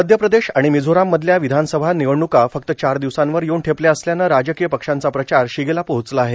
मध्यप्रदेश आणि मिझोराम मधल्या विधानसभा निवडण्का फक्त चार दिवसांवर येऊन ठेपल्या असल्यानं राजकीय पक्षांचा प्रचार शिगेला पोहचला आहे